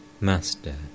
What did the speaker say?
Master